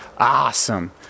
awesome